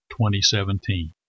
2017